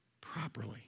properly